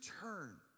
turn